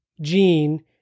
Gene